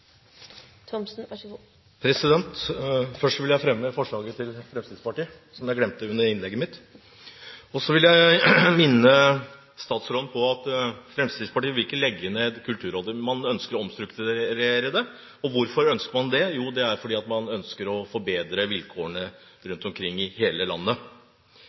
Først vil jeg fremme forslagene fra Fremskrittspartiet – som jeg glemte å gjøre under innlegget mitt. Så vil jeg minne statsråden om at Fremskrittspartiet ikke vil legge ned Kulturrådet. Man ønsker å omstrukturere det. Hvorfor ønsker man det? Jo, det er fordi man ønsker å forbedre vilkårene rundt omkring i hele landet.